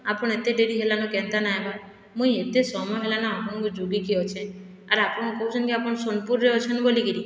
ଆପଣ ଏତେ ଡେରି ହେଲାନ କେନ୍ତା ନାହିଁ ଆଇବା ମୁଇଁ ଏତେ ସମୟ ହେଲାନ ଆପଣଙ୍କୁ ଯୁଗିକି ଅଛେ ଆର୍ ଆପଣ କହୁଛନ୍ କି ଆପଣ ସୋନପୁରରେ ଅଛନ୍ ବୋଲିକରି